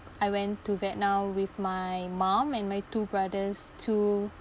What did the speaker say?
I went to vietnam with my mum and my two brothers to